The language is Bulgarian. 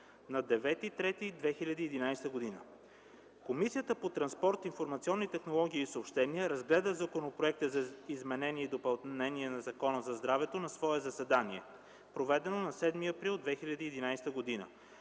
на 9 март 2011 г. Комисията по транспорт, информационни технологии и съобщения разгледа Законопроекта за изменение и допълнение на Закона за здравето на свое заседание, проведено на 7 април 2011 г.